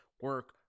Work